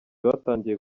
batangiye